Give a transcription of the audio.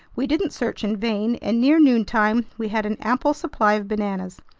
we didn't search in vain, and near noontime we had an ample supply of bananas.